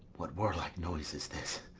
what warlike noise is this?